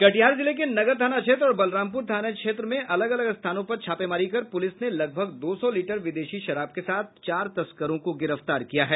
कटिहार जिले के नगर थाना क्षेत्र और बलरामपुर थाना में अलग अलग स्थानों पर छापेमारी कर पुलिस ने लगभग दो सौ लीटर विदेशी शराब के साथ चार तस्करों को गिरफ्तार किया है